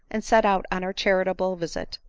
and set out on her charitable visit.